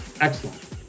Excellent